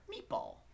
Meatball